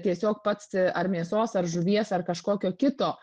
tiesiog pats ar mėsos ar žuvies ar kažkokio kito